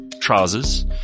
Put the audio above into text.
trousers